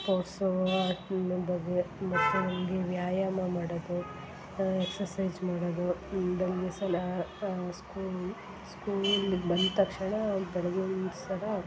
sports ಬಗ್ಗೆ ಮತ್ತು ಹಂಗೆ ವ್ಯಾಯಾಮ ಮಾಡೋದು ಎಕ್ಸರ್ಸೈಜ್ ಮಾಡೋದು ಭಂಗಿ ಆಸನ ಸ್ಕೂಲ್ ಸ್ಕೂಲಿಂದ ಬಂದ ತಕ್ಷಣ ಬೆಳಗ್ಗೆ ಒಂದ್ಸಲ